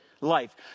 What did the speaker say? life